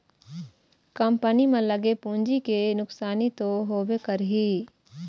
company म लगे पूंजी के नुकसानी तो होबे करही